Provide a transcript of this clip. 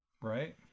Right